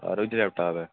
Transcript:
आ दा लेपटॉप ऐ